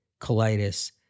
colitis